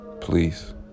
Please